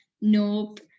nope